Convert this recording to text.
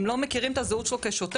הם לא מכירים את הזהות שלו כשוטר.